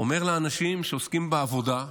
אני אומר לאנשים שעוסקים בעבודה,